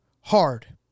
hard